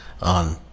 on